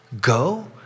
go